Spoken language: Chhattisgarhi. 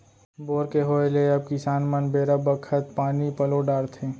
बोर के होय ले अब किसान मन बेरा बखत पानी पलो डारथें